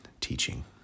teaching